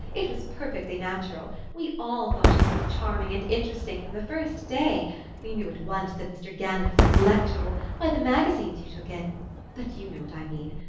it was perfectly natural we all thought you so charming and interesting from the first day we knew at once that mr. gannett was intellectual, by the magazines you took in but you know what i mean.